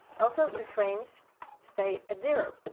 also the frames say at zero,